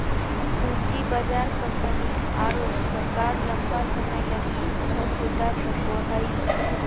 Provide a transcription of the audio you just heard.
पूँजी बाजार कंपनी आरो सरकार लंबा समय लगी धन जुटा सको हइ